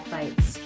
Fights